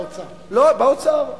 זה לא האוצר.